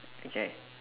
okay